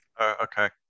Okay